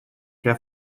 der